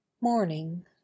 Morning